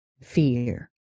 fear